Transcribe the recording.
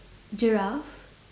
giraffe